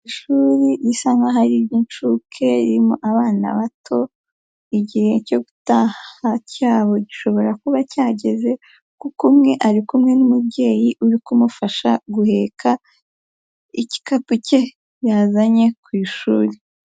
Ishuri isa nkaho ari iry'incuke ririmo abana bato, igihe cyo gutaha cyabo gishobora kuba cyageze, kuko umwe ari kumwe n'umubyeyi uri kumufasha guheka igikapu cye yazanye ku ishuri.